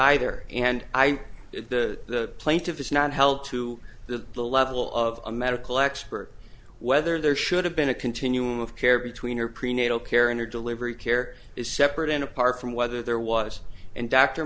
either and i the plaintiff is not held to the the level of a medical expert whether there should have been a continuum of care between her prenatal care and her delivery care is separate and apart from whether there was and dr